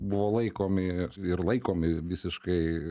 buvo laikomi ir ir laikomi visiškai